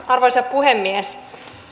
arvoisa puhemies